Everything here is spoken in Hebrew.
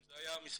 אם זה היה המספר,